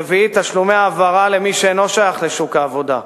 רביעית, תשלומי העברה למי שאינו שייך לשוק העבודה,